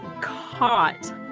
caught